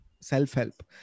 self-help